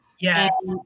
Yes